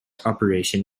operation